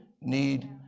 need